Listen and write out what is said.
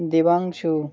Debangshu